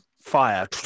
fire